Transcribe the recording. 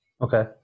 Okay